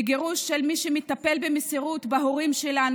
לגירוש של מי שמטפל במסירות בהורים שלנו,